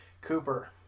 Cooper